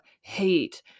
hate